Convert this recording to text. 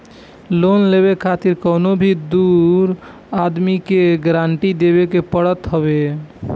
loan लेवे खातिर कवनो भी दू आदमी के गारंटी देवे के पड़त हवे